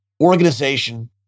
organization